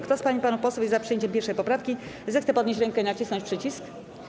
Kto z pań i panów posłów jest za przyjęciem 1. poprawki, zechce podnieść rękę i nacisnąć przycisk.